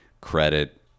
Credit